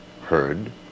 heard